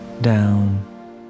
down